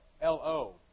L-O